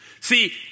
See